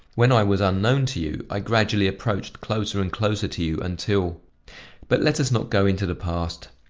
when i was unknown to you, i gradually approached closer and closer to you until but let us not go into the past.